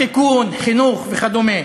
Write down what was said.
שיכון, חינוך וכדומה.